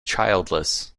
childless